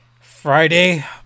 Friday